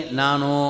nano